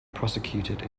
prosecuted